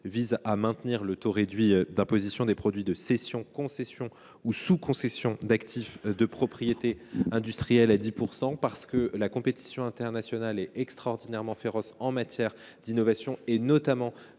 vise à maintenir le taux réduit d’imposition des produits de cession, concession ou sous concession d’actifs de propriété industrielle à 10 %. La compétition internationale est extrêmement féroce en matière d’innovation, notamment